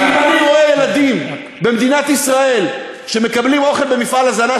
אם אני רואה ילדים במדינת ישראל שמקבלים אוכל במפעל הזנה,